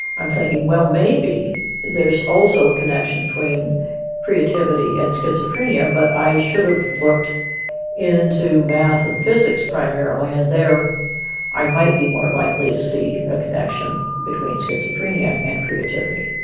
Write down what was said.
i'm think well maybe there's also a connection between creativity and schizophrenia. but i should have looked into math and physics primarily and there i might be more likely to see a connection between schizophrenia and creativity.